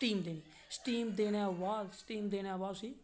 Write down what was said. steam देनी steam देने दे बाद उसी